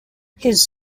his